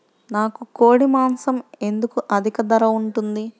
నాకు కోడి మాసం ఎందుకు అధిక ధర ఉంటుంది?